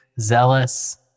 zealous